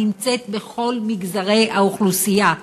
נמצאת בכל מגזרי האוכלוסייה: